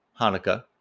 Hanukkah